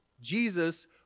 Jesus